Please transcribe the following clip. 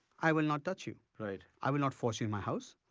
i will not touch you. right. i will not force you in my house.